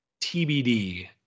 TBD